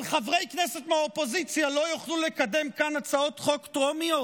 אבל חברי כנסת מהאופוזיציה לא יוכלו לקדם כאן הצעות חוק טרומיות?